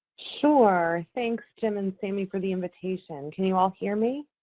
sure. thanks, jim and sami, for the invitation. can you all hear me?